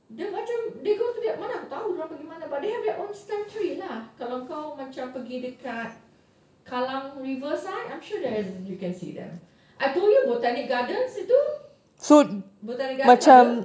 they macam they go to their mana aku tahu dia orang pergi mana but they have their own spare trait lah kalau kau macam pergi dekat kallang river side I'm sure there is you can see them I told you botanic gardens they do botanic gardens